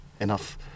enough